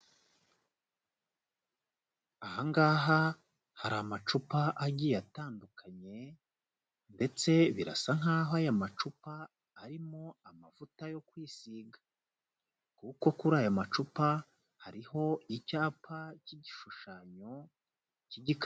Ahaha hari amacupa agiye atandukanye ndetse birasa nk'aho aya macupa arimo amavuta yo kwisiga kuko kuri aya macupa hariho icyapa cy'igishushanyo kika.